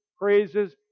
praises